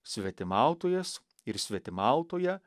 svetimautojas ir svetimautoja